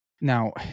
Now